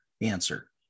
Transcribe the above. answer